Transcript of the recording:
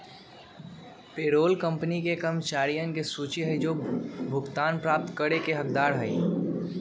payroll company के कर्मचारियन के सूची हई जो भुगतान प्राप्त करे के हकदार हई